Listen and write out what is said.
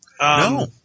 No